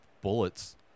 bullets